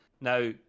Now